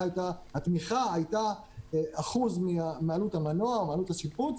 התמיכה הייתה אחוז מעלות המנוע או מעלות השיפוץ,